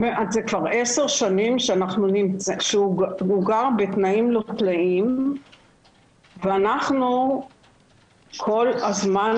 זה כבר עשר שנים שהוא גר בתנאים לא תנאים ואנחנו כל הזמן